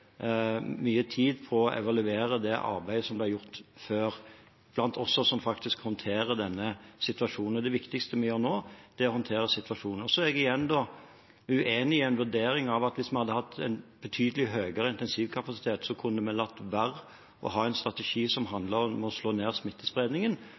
mye tid på å evaluere det arbeidet som ble gjort før, blant oss som nå håndterer denne situasjonen. Det viktigste vi gjør nå, er faktisk å håndtere situasjonen. Igjen: Jeg er uenig i en vurdering som sier at hvis vi hadde hatt en betydelig høyere intensivkapasitet, kunne vi ha latt være å ha en strategi som